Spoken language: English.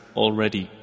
already